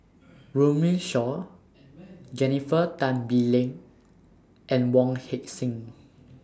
Runme Shaw Jennifer Tan Bee Leng and Wong Heck Sing